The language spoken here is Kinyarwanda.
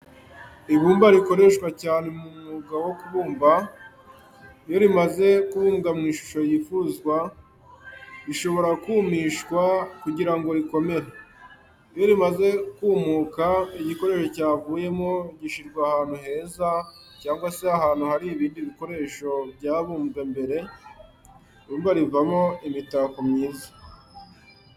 Ibumba rikoreshwa cyane mu mwuga wo kubumba. Iyo rimaze kubumbwa mu ishusho yifuzwa, rishobora kumishwa kugira ngo rikomere. Iyo rimaze kumuka, igikoresho cyavuyemo gishyirwa ahantu heza, cyangwa se ahantu hari ibindi bikoresho byabumbwe mbere. Ibumba rivamo imitako myiza.